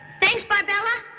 thanks, barbella.